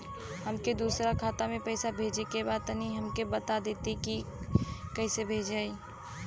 हमके दूसरा खाता में पैसा भेजे के बा तनि हमके बता देती की कइसे भेजाई?